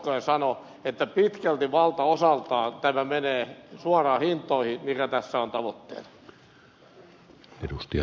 hoskonen sanoi että pitkälti valtaosaltaan tämä menee suoraan hintoihin mikä tässä on tavoitteena